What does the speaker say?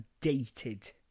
dated